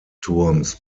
turms